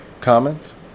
comments